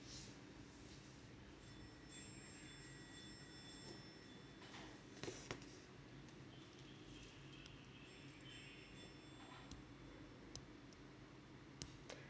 it's